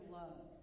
love